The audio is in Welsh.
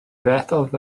fethodd